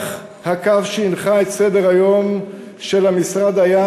כך הקו שהנחה את סדר-היום של המשרד היה